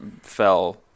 fell